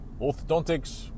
orthodontics